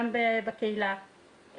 גם בקהילה,